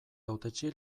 hautetsi